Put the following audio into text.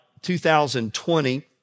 2020